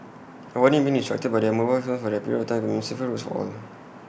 avoiding being distracted by their mobile phones for that period of time could mean safer roads own